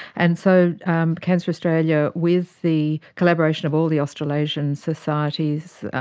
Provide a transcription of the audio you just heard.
and so um cancer australia, with the collaboration of all the australasian societies,